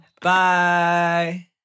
Bye